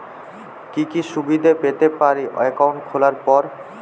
কি কি সুবিধে পেতে পারি একাউন্ট খোলার পর?